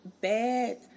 bad